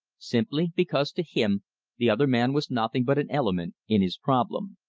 simply because to him the other man was nothing but an element in his problem.